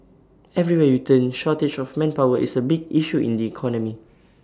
everywhere you turn shortage of manpower is A big issue in the economy